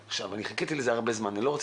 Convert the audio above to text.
אמר שחיכה לזה זמן רב והוא לא רוצה